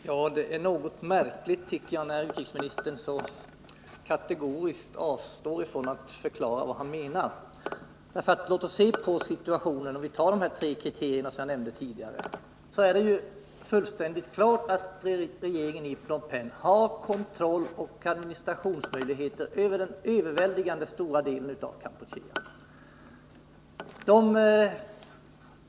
Herr talman! Jag tycker det är litet märkligt att utrikesministern så kategoriskt avstår från att förklara vad han menar. Låt oss se på situationen utifrån de tre kriterier jag nämnde tidigare. Det är fullt klart att regeringen i Phnom Penh har kontroll över och möjligheter att administrera den överväldigande delen av Kampuchea.